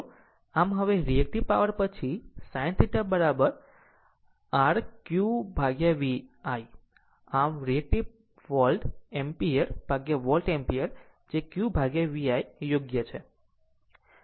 આમ હવે reactive power પછી sin θ પછી r Q VI આમ reactive volt ampere volt ampere જે Q VI યોગ્ય છે